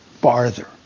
farther